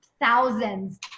thousands